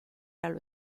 allo